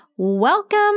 Welcome